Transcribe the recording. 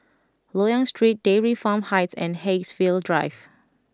Loyang Street Dairy Farm Heights and Haigsville Drive